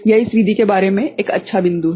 यह इस विधि के बारे में एक अच्छा बिंदु है